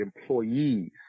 employees